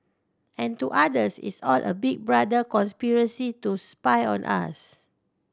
and to others it's all a Big Brother conspiracy to spy on us